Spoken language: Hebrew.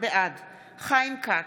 בעד חיים כץ,